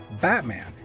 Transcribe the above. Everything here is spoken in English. batman